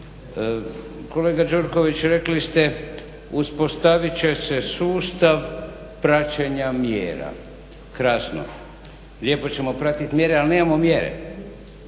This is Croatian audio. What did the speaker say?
Kolega Gjurković rekli ste uspostavit će se sustav praćenja mjera. Krasno, lijepo ćemo pratiti mjere, ali nemamo mjere.